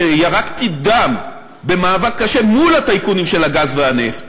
כשירקתי דם במאבק קשה מול הטייקונים של הגז והנפט,